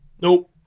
Nope